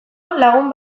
lagun